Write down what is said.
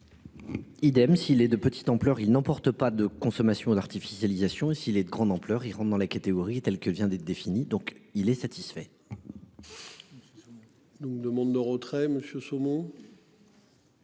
Idem si les de petite ampleur il n'emporte pas de consommation d'artificialisation et si les de grande ampleur. Il rentre dans la catégorie telle que vient d'être défini, donc il est satisfait. C'est ça. Donc demande de retrait monsieur saumon.